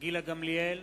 גילה גמליאל,